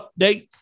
updates